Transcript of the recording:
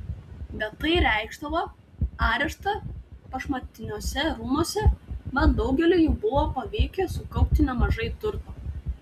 bet tai reikšdavo areštą prašmatniuose rūmuose mat daugeliui jų buvo pavykę sukaupti nemažai turto